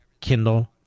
Kindle